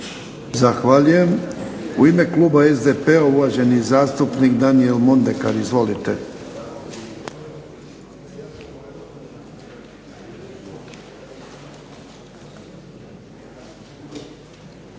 Zahvaljujem. U ime kluba SDP-a uvaženi zastupnik Daniel MOndekar. Izvolite.